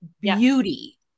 beauty